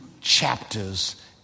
chapters